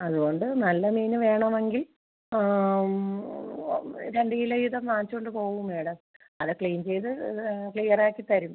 അത്കൊണ്ട് നല്ല മീൻ വേണമെങ്കിൽ ആ രണ്ട് കിലോ വീതം വാങ്ങിച്ചോണ്ട് പോവൂ മേഡം അത് ക്ലീൻ ചെയ്ത് ഇത് ക്ലിയറാക്കി തരും